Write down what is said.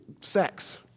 sex